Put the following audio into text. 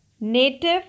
native